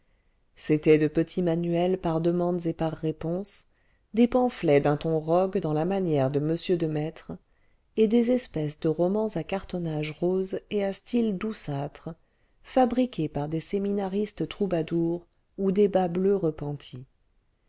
c'étaient de petits manuels par demandes et par réponses des pamphlets d'un ton rogue dans la manière de m de maistre et des espèces de romans à cartonnage rose et à style douceâtre fabriqués par des séminaristes troubadours ou des bas bleus repenties